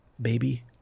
baby